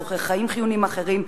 צורכי חיים חיוניים אחרים,